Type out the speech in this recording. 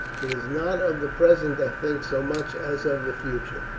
it is not of the present i think so much as of the future.